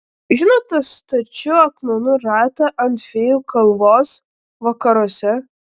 žinot tą stačių akmenų ratą ant fėjų kalvos vakaruose